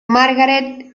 margaret